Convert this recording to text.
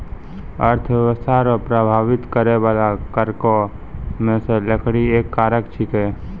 अर्थव्यस्था रो प्रभाबित करै बाला कारको मे से लकड़ी एक कारक छिकै